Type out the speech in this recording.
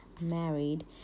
married